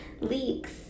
leaks